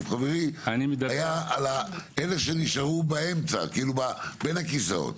חברי היה על אלה שנשארו בין הכיסאות.